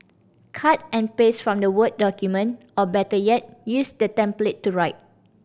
cut and paste from the word document or better yet use the template to write